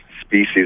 species